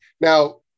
Now